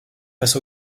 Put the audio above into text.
face